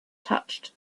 touched